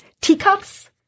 teacups